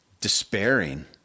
despairing